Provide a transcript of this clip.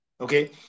okay